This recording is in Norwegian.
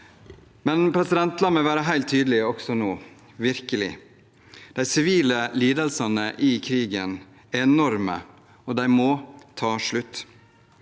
meg likevel være helt tydelig også nå – virkelig: De sivile lidelsene i krigen er enorme, og de må ta slutt.